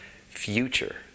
future